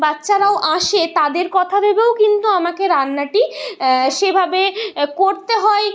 বাচ্চারাও আসে তাদের কথা ভেবেও কিন্তু আমাকে রান্নাটি সেভাবে করতে হয়